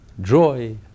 joy